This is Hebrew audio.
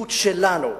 המדיניות שלנו,